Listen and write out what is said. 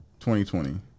2020